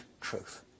truth